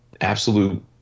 absolute